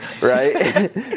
right